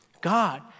God